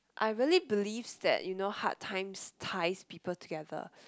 I really believe that you know hard times ties people together